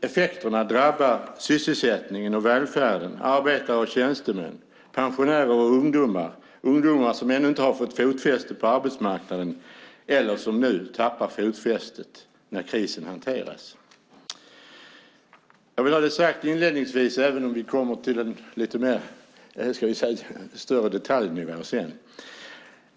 Effekterna drabbar nu sysselsättningen och välfärden, arbetare och tjänstemän, pensionärer och ungdomar, ungdomar som ännu inte har fått fotfäste på arbetsmarknaden eller som nu tappar fotfästet när krisen hanteras. Även om vi senare kommer in mer på detaljer vill jag nu säga följande.